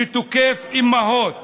שתוקף אימהות